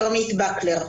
כרמית בקלר.